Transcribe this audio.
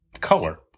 color